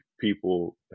people